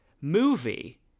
movie